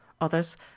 Others